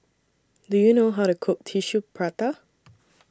Do YOU know How to Cook Tissue Prata